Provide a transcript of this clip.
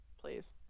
Please